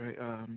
right